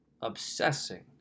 obsessing